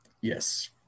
Yes